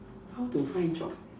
how to find job